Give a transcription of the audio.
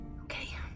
Okay